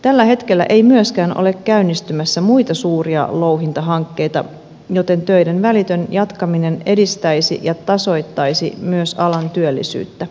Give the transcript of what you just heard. tällä hetkellä ei myöskään ole käynnistymässä muita suuria louhintahankkeita joten töiden välitön jatkaminen edistäisi ja tasoittaisi myös alan työllisyyttä